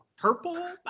Purple